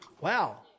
wow